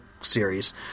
series